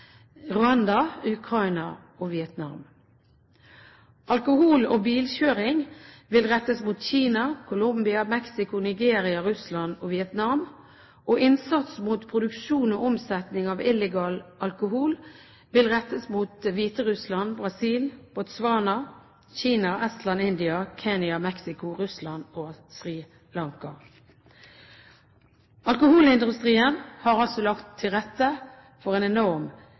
alkohol og bilkjøring vil rettes mot Kina, Colombia, Mexico, Nigeria, Russland og Vietnam, og innsatsen mot produksjon og omsetning av illegal alkohol vil rettes mot Hviterussland, Brasil, Botswana, Kina, Estland, India, Kenya, Mexico, Russland og Sri Lanka. Alkoholindustrien har altså lagt til rette for en enorm